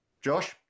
Josh